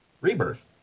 Rebirth